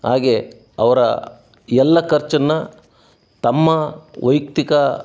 ಹಾಗೆಯೇ ಅವರ ಎಲ್ಲ ಖರ್ಚನ್ನು ತಮ್ಮ ವೈಯಕ್ತಿಕ